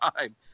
time